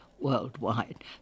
worldwide